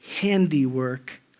handiwork